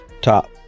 Top